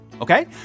okay